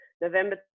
November